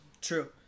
True